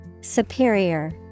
Superior